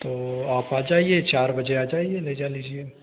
तो आप आ जाइए चार बजे आ जाइए ले जाने लीजिए